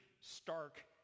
stark